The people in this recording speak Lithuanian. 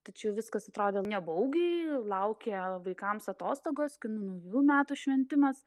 tačiau viskas atrodė nebaugiai laukė vaikams atostogos kinų naujų metų šventimas